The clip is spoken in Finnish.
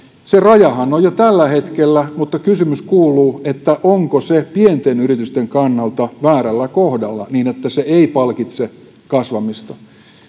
se rajahan on jo tällä hetkellä mutta kysymys kuuluu onko se pienten yritysten kannalta väärällä kohdalla niin että se ei palkitse kasvamista